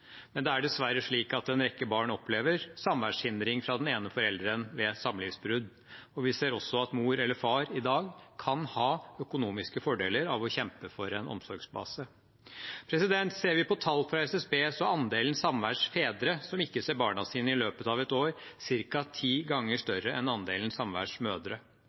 Men det er dessverre slik at en rekke barn opplever samværshindring fra den ene forelderen ved samlivsbrudd, og vi ser også at mor eller far i dag kan ha økonomiske fordeler av å kjempe for en omsorgsbase. Ser vi på tall fra SSB, er andelen samværsfedre som ikke ser barna sine i løpet av et år, ca. ti ganger større enn andelen samværsmødre.